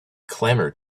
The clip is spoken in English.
clamored